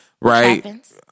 right